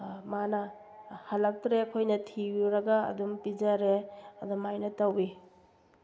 ꯃꯥꯅ ꯍꯜꯂꯛꯇ꯭ꯔꯦ ꯑꯩꯈꯣꯏꯅ ꯊꯤꯔꯨꯔꯒ ꯑꯗꯨꯝ ꯄꯤꯖꯔꯦ ꯑꯗꯨꯃꯥꯏꯅ ꯇꯧꯋꯤ